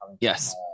Yes